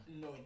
No